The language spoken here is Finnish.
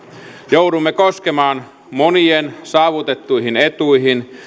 joudumme koskemaan monien saavutettuihin etuihin